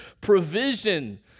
provision